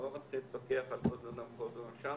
אתה לא מתחיל להתווכח על כל דונם פה, דונם שם.